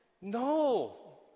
no